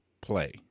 play